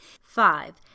Five